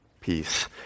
Peace